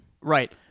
right